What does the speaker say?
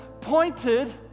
pointed